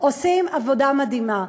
עושים עבודה מדהימה.